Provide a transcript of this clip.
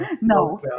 No